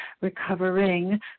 recovering